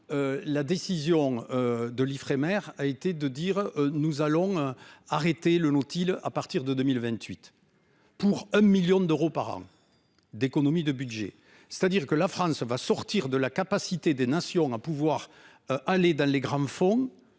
La décision. De l'Ifremer a été de dire nous allons arrêter le Nautile à partir de 2028 pour un million d'euros par an. D'économies de budget c'est-à-dire que la France va sortir de la capacité des nations à pouvoir. Aller dans les grands fonds